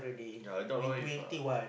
you're adult now with a